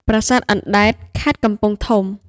ប្រាសាទអណ្តែត (ខេត្តកំពង់ធំ)។